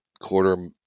quarter